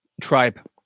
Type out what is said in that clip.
tribe